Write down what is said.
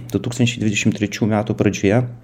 du tūkstančiai dvidešim trečių metų pradžioje